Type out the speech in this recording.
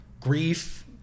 grief